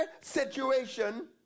situation